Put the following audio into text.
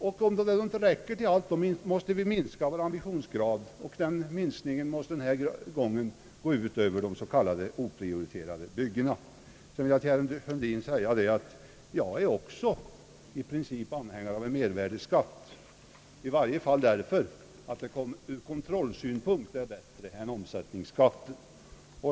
Om inte pengarna räcker till allt, måste vi minska vår ambition, och denna minskning måste den här gången gå ut över de s.k. oprioriterade byggena. Till sist vill jag säga till herr Sundin, att också jag är i princip anhängare av en mervärdeskatt. I varje fall är en sådan ur kontrollsynpunkt bättre än omsättningsskatten.